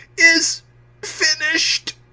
is finished.